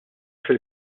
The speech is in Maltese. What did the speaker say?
fil